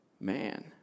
Man